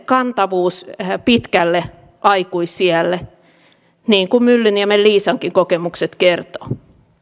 kantavuus pitkälle aikuisiälle niin kuin myllyniemen liisankin kokemukset kertovat